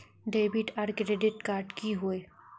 Debit आर credit card की होय?